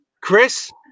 Chris